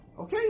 Okay